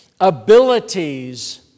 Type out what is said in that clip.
abilities